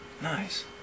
Nice